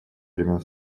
времен